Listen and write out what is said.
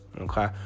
Okay